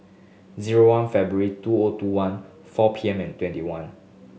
zero one February two O two one four P M and twenty one